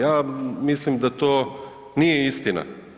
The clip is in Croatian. Ja mislim da to nije istina.